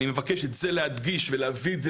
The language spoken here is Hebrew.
אני מבקש את זה להדגיש ולהביא את זה